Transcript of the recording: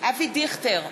אבי דיכטר,